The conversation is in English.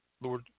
Lord